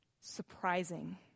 surprising